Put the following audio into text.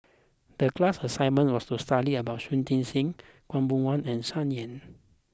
the class assignment was to study about Shui Tit Sing Khaw Boon Wan and Sun Yee